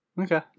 Okay